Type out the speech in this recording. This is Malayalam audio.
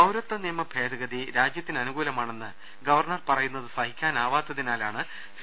പൌരത്വനിയമ ഭേദഗതി രാജ്യത്തിനനുകൂലമാണെന്ന് ഗവർണർ പറയുന്നത് സഹിക്കാനാവാത്തിനാലാണ് സി